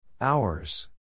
Hours